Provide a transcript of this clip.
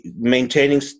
maintaining